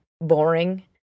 boring